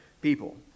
people